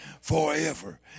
forever